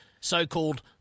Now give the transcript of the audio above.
so-called